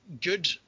good